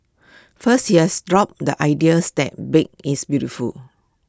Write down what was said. first he has dropped the ideas that big is beautiful